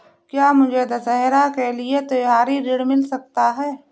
क्या मुझे दशहरा के लिए त्योहारी ऋण मिल सकता है?